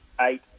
eight